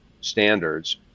standards